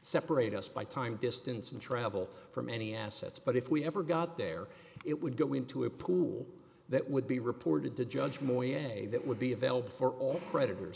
separate us by time distance and travel from any assets but if we ever got there it would go into a pool that would be reported to judge moyet that would be available for all creditors